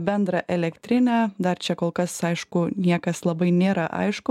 bendrą elektrinę dar čia kol kas aišku niekas labai nėra aišku